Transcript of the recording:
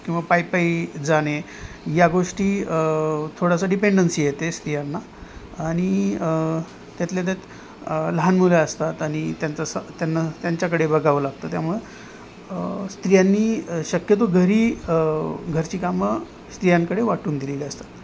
किंवा पायपायी जाणे या गोष्टी थोडासा डिपेंडन्सी येते स्त्रियांना आणि त्यातल्या त्यात लहान मुलं असतात आणि त्यांचं स त्यांना त्यांच्याकडे बघावं लागतं त्यामुळं स्त्रियांनी शक्यतो घरी घरची कामं स्त्रियांकडे वाटून दिलेली असतात